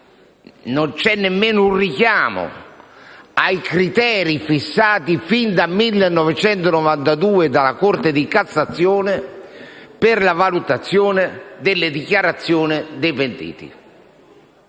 non c'è nemmeno un richiamo ai criteri fissati fin dal 1992 dalla Corte di cassazione per la valutazione delle dichiarazioni dei pentiti.